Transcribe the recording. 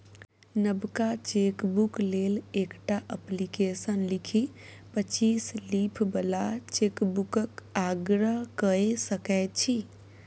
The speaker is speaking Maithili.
नबका चेकबुक लेल एकटा अप्लीकेशन लिखि पच्चीस लीफ बला चेकबुकक आग्रह कए सकै छी